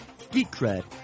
GeekCred